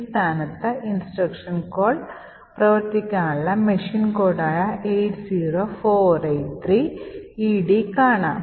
ഈ സ്ഥാനത്ത് instruction call പ്രവർത്തിക്കാനുള്ള മെഷീൻ കോഡ് ആയ 80483ED കാണാം